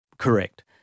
correct